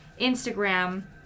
Instagram